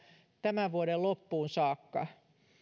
tämän vuoden loppuun saakka